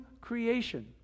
creation